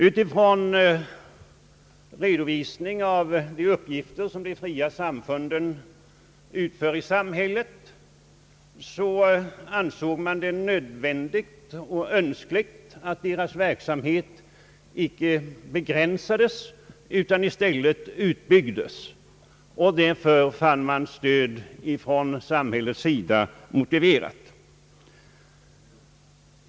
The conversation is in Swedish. Utifrån redovisningen av de uppgifter som de fria samfunden utför i samhället ansåg man det nödvändigt och önskligt att deras verksamhet inte begränsades utan i stället utbyggdes. Man fann därför samhällets stöd motiverat.